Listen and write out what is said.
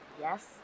Yes